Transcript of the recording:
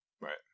Right